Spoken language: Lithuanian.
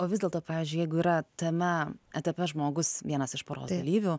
o vis dėlto pavyzdžiui jeigu yra tame etape žmogus vienas iš poros dalyvių